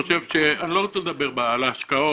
אני לא רוצה לדבר על ההשקעות,